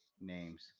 names